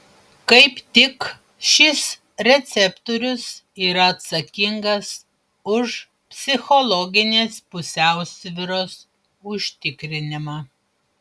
kaip tik šis receptorius yra atsakingas už psichologinės pusiausvyros užtikrinimą